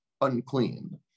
unclean